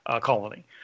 Colony